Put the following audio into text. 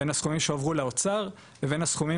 בין הסכומים שהועברו לאוצר ולאפוטרופוס ובין הסכומים